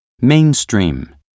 Mainstream